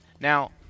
now